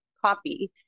copy